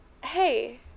hey